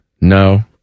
No